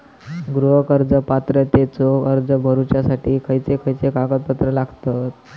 गृह कर्ज पात्रतेचो अर्ज भरुच्यासाठी खयचे खयचे कागदपत्र लागतत?